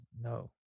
No